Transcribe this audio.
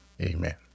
Amen